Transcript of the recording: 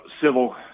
civil